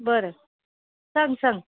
बरें सांग सांग